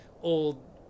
old